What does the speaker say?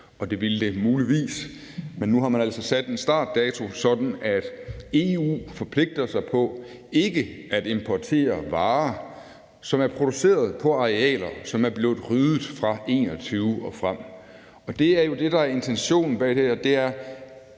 Det ville det muligvis, men nu har man altså sat en startdato, sådan at EU forpligter sig til ikke at importere varer, som er produceret på arealer, som er blevet ryddet fra 2021 og frem. Det er det, der er intentionen bag det her.